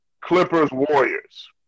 Clippers-Warriors